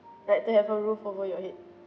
like to have a roof over your head